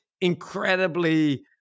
incredibly